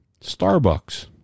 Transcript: Starbucks